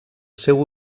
seu